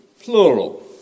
plural